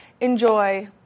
enjoy